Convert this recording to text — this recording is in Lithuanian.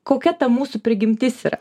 kokia ta mūsų prigimtis yra